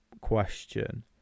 question